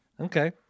Okay